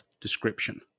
description